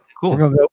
Cool